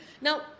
Now